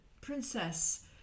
princess